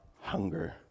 hunger